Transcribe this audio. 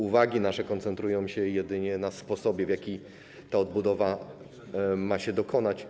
Uwagi nasze koncentrują się jedynie na sposobie, w jaki ta odbudowa ma się dokonać.